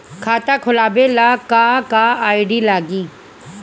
खाता खोलाबे ला का का आइडी लागी?